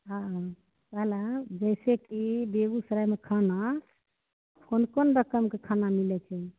हँ कहलहुॅं जैसे कि बेगुसरायमे खाना कोन कोन रकमके खाना मिलै छै